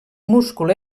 múscul